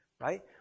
right